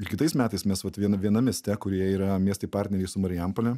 ir kitais metais mes vat viena vienam mieste kurie yra miestai partneriai su marijampole